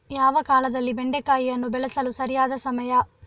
ಯಾವ ಕಾಲದಲ್ಲಿ ಬೆಂಡೆಕಾಯಿಯನ್ನು ಬೆಳೆಸಲು ಸರಿಯಾದ ಸಮಯ?